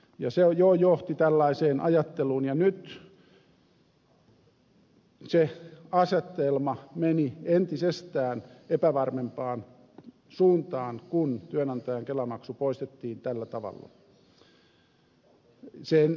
se johti tällaiseen ajatteluun ja nyt se asetelma meni entisestään epävarmempaan suuntaan kun työnantajan kelamaksu poistettiin tällä tavalla